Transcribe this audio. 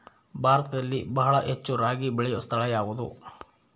ಭಾರತದಲ್ಲಿ ಬಹಳ ಹೆಚ್ಚು ರಾಗಿ ಬೆಳೆಯೋ ಸ್ಥಳ ಯಾವುದು?